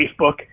Facebook